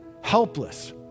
helpless